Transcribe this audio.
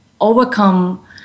overcome